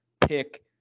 pick